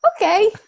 okay